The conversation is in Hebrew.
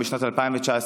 בשנת 2019,